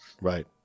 Right